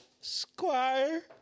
Squire